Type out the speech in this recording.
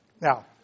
Now